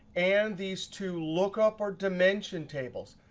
and these two look up our dimension tables.